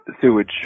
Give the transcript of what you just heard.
sewage